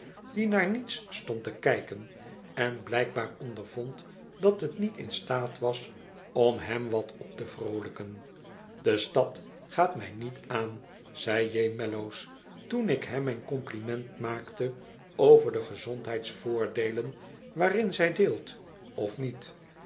die naar niets stond te kijken en blijkbaar ondervond dat het niet in staat was om hem wat op te vroolijken de stad gaat mij niet aan zei j mellows toen ik hem mijn compliment maakte over de gezondheidsvoordeelen waarin zij deelt of niet